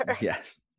yes